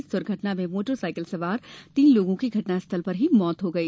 इस दुर्घटना में मोटर साईकिल सवार तीन लोगो की घटना स्थल पर मौत हो गई